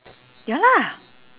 ya lah